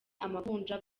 amavunja